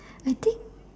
I think